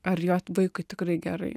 ar jo vaikui tikrai gerai